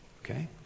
Okay